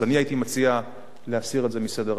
אני הייתי מציע להסיר את זה מסדר-היום.